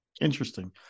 Interesting